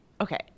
okay